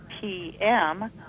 PM